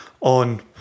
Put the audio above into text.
on